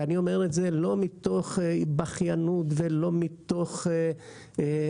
אני אומרת את זה לא מתוך התבכיינות ולא מתוך צרות.